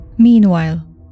Meanwhile